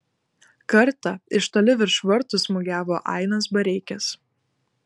kartą iš toli virš vartų smūgiavo ainas bareikis